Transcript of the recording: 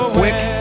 quick